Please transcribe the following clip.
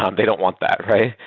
um they don't want that, right?